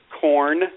corn